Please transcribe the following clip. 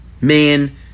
man